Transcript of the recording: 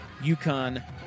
UConn